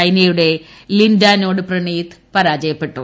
ചൈനയുടെ ലിൻഡാനോട് പ്രണീത് പരാജയപ്പെട്ടു